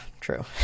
true